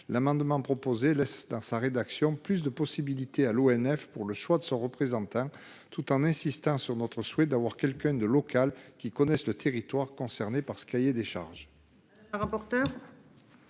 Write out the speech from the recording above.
L'amendement proposé laisse dans sa rédaction plus de possibilités à l'ONF pour le choix de son représentant, tout en insistant sur notre souhait d'avoir quelqu'un de local qui connaissent le territoire concerné par ce cahier des charges.